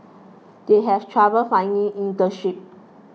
they have trouble finding internship